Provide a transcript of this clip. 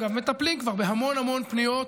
אגב, מטפלים כבר בהמון המון פניות,